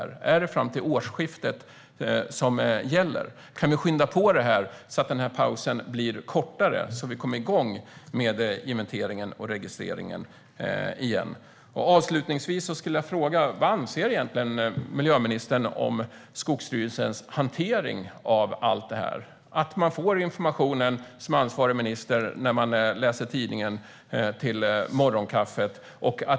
Är det fram till årsskiftet som gäller? Kan vi skynda på det, så att pausen blir kortare och så att inventeringen och registreringen kan komma igång igen? Avslutningsvis vill jag fråga vad miljöministern egentligen anser om Skogsstyrelsens hantering av allt det här. Ansvarig minister får informationen när hon läser tidningen till morgonkaffet.